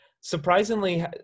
surprisingly